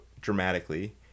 dramatically